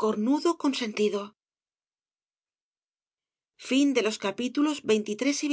cornudo consentido memorias